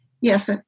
yes